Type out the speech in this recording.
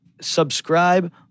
subscribe